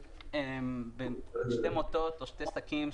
בעל הרישיון יוכל להשיג על זה,